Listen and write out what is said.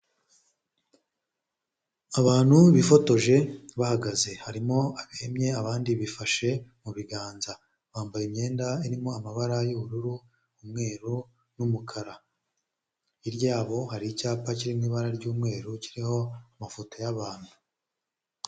Abantu bifotoje bahagaze harimo abemye abandi bifashe mu biganza bambaye imyenda irimo amabara y'ubururu, umweru n'umukara, hirya yabo hari icyapa kirimo ibara ry'umweru kiriho amafoto y'abantu.